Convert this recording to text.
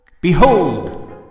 Behold